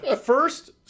first